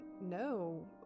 no